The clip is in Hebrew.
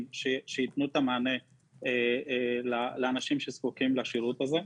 שיתנו את המענה לאנשים שזקוקים לשירות הזה.